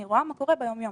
אני רואה מה קורה ביום יום